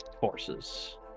forces